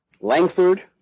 Langford